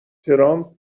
ترامپ